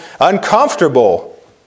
uncomfortable